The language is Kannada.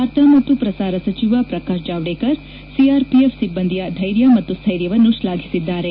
ವಾರ್ತಾ ಮತ್ತು ಪ್ರಸಾರ ಸಚಿವ ಪ್ರಕಾಶ್ ಜಾವಡೇಕರ್ ಸಿಆರ್ಪಿಎಫ್ ಸಿಬ್ಲಂದಿಯ ಧೈರ್ಯ ಮತ್ತು ಸ್ಟೈರ್ಯವನ್ನು ಶ್ಲಾಘಿಸಿದ್ದಾರೆ